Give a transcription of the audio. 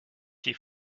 die